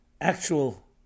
actual